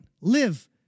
Live